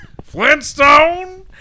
Flintstone